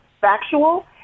factual